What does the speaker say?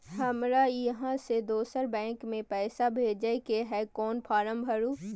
हमरा इहाँ से दोसर बैंक में पैसा भेजय के है, कोन फारम भरू?